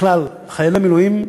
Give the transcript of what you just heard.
בכלל, חיילי מילואים,